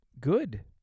Good